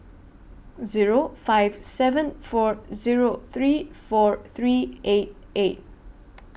Zero five seven four Zero three four three eight eight